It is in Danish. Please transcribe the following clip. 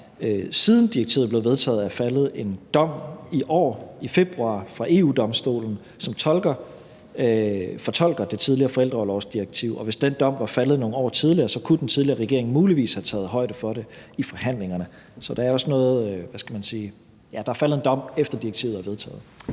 siden direktivet blev vedtaget, er faldet en dom i februar i år fra EU-Domstolen, som fortolker det tidligere forældreorlovsdirektiv, og hvis den dom var faldet nogle år tidligere, så kunne den tidligere regering muligvis have taget højde for det i forhandlingerne. Så der er faldet en dom, efter at direktivet er vedtaget.